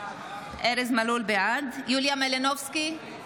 בעד יוליה מלינובסקי,